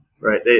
Right